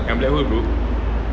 yang black hole group